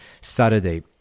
Saturday